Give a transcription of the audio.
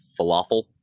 Falafel